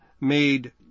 made